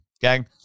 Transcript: gang